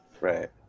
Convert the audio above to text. Right